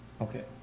okay